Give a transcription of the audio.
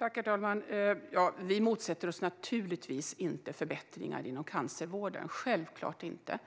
Herr talman! Vi motsätter oss naturligtvis inte förbättringar inom cancervården, självklart inte.